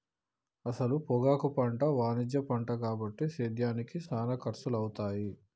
అసల పొగాకు పంట వాణిజ్య పంట కాబట్టి సేద్యానికి సానా ఖర్సులవుతాయి